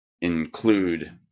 include